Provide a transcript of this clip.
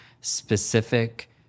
specific